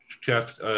Jeff